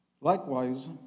Likewise